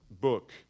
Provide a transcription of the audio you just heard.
book